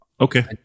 Okay